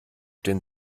den